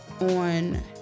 on